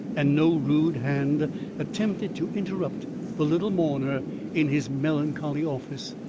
and no rude hand attempted to interrupt the little mourner in his melancholy office.